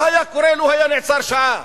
מה היה קורה לו היה נעצר שעה?